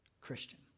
Christian